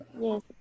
Yes